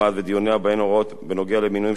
ובהן הוראות בנוגע למינויים של חברי הוועדה,